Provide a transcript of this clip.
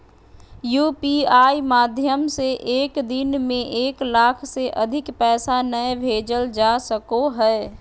UPI माध्यम से एक दिन में एक लाख से अधिक पैसा नय भेजल जा सको हय